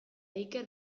iker